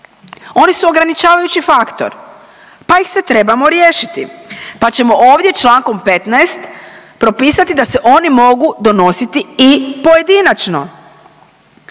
Oni su ograničavajući faktor pa ih se trebamo riješiti pa ćemo ovdje člankom 15 propisati da se oni mogu donositi i pojedinačno.